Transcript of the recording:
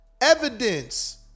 evidence